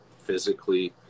physically